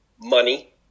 money